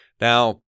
Now